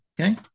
Okay